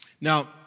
Now